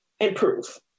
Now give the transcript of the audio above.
improve